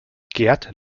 gerd